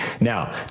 Now